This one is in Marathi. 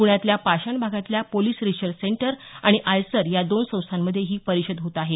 प्ण्यातल्या पाषाण भागातल्या पोलिस रिसर्च सेंटर आणि आयसर या दोन संस्थांमध्ये ही परिषद होत आहे